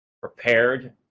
prepared